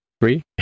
Three